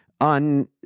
on